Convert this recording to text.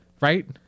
right